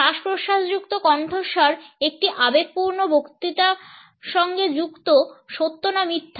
শ্বাস প্রশ্বাসযুক্ত কণ্ঠস্বর একটি আবেগপূর্ণ বক্তৃতা সঙ্গে যুক্ত সত্য না মিথ্যা